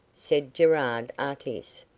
said gerard artis.